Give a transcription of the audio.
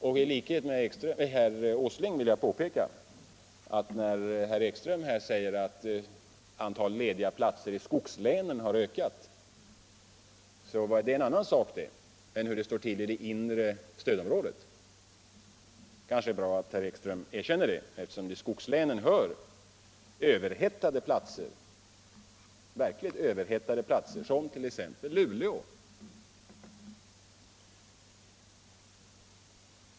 I likhet med herr Åsling vill jag också, när herr Ekström här säger att antalet lediga platser i skogslänen har ökat, påpeka att detta är en annan sak än hur det står till i det inre stödområdet. Det kanske är lika bra att herr Ekström erkänner detta, eftersom till vad som kallas ”skogslänen” hör sådana verkligt överhettade platser som t.ex. Luleå.